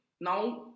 Now